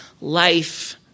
life